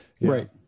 right